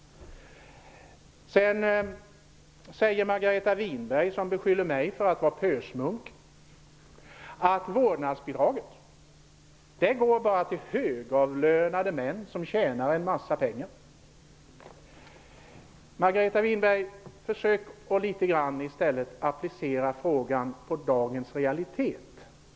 Sedan säger Margareta Winberg, som beskyller mig för att vara pösmunk, att vårdnadsbidraget bara går till högavlönade män som tjänar en massa pengar. Försök i stället att litet grand applicera frågan på dagens realitet, Margareta Winberg!